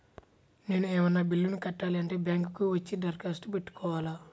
నేను ఏమన్నా బిల్లును కట్టాలి అంటే బ్యాంకు కు వచ్చి దరఖాస్తు పెట్టుకోవాలా?